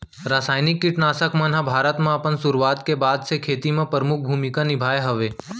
रासायनिक किट नाशक मन हा भारत मा अपन सुरुवात के बाद से खेती मा परमुख भूमिका निभाए हवे